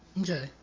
Okay